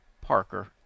Parker